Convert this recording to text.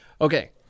Okay